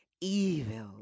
Evil